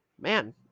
Man